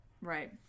Right